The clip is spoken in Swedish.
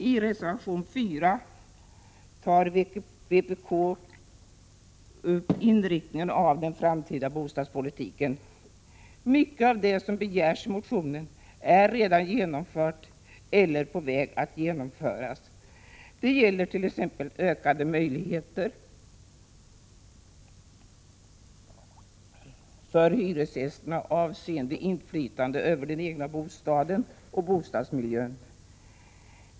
I reservation 4 tar vpk upp inriktningen av den framtida bostadspolitiken. Mycket av det som begärs i reservationen är redan genomfört eller på väg att — Prot. 1986/87:123 genomföras. Det gäller t.ex. ökade möjligheter för hyresgästerna till 14 maj 1987 inflytande över den egna bostaden och bostadsmiljön.